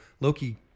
Loki